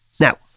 Now